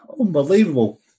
Unbelievable